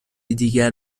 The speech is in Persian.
دیگر